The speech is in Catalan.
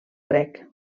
grec